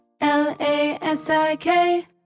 L-A-S-I-K